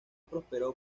prosperó